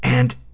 and